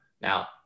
Now